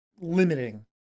limiting